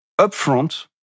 upfront